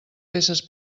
peces